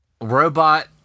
Robot